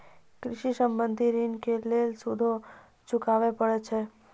कृषि संबंधी ॠण के लेल सूदो चुकावे पड़त छै?